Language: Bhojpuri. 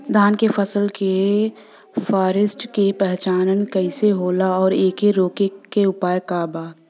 धान के फसल के फारेस्ट के पहचान कइसे होला और एके रोके के उपाय का बा?